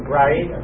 right